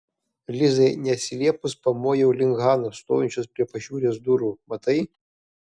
lizai neatsiliepus pamojau link hanos stovinčios prie pašiūrės durų matai